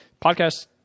podcast